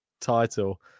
title